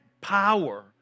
power